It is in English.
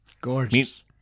Gorgeous